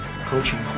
coaching